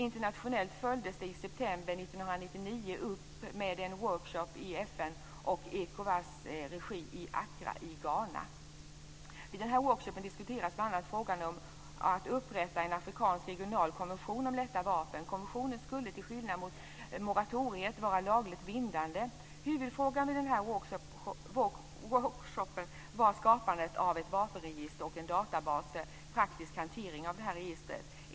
Internationellt följdes det i september 1999 upp med en workshop i FN:s och Ecowas regi i Accra i Vid denna workshop diskuterades bl.a. frågan om att upprätta en afrikansk regional konvention om lätta vapen. Konventionen skulle, till skillnad från moratoriet, vara lagligt bindande. Huvudfrågan vid workshopen var skapandet av ett vapenregister och en databas för praktisk hantering av registret.